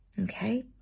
Okay